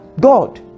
God